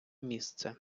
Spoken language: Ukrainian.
місце